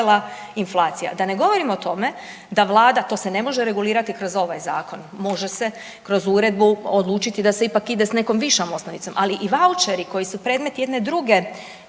Da ne govorim o tome da Vlada, to se ne može regulirati kroz ovaj zakon, može se kroz uredbu odlučiti da se ipak ide s nekom višom osnovicom, ali i vaučeri koji su predmet jedne druge